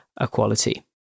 equality